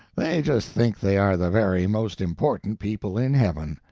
they just think they are the very most important people in heaven.